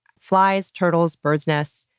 flies, turtles, birds' nests,